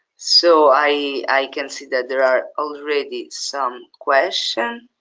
so i can see that there are already some questions.